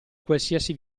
qualsiasi